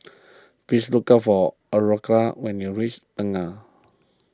please look for Aurora when you reach Tengah